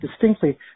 distinctly